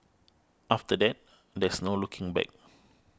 after that there's no looking back